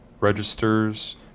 registers